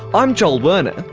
i'm joel werner,